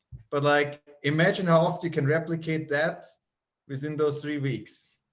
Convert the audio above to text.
but like, imagine how often you can replicate that within those three weeks,